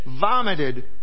vomited